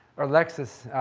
or lexisnexis,